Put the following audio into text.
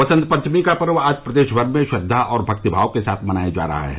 वसंत पंचमी का पर्व आज प्रदेश भर में श्रद्वा और भक्तिभाव के साथ मनाया जा रहा है